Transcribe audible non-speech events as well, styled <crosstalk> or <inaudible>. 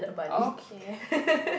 okay <breath>